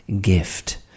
gift